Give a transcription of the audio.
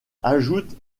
ajoute